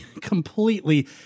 completely